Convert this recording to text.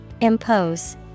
Impose